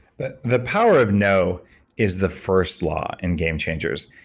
but the power of no is the first law in game changers.